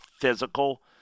physical